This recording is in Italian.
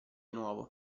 nuovo